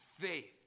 faith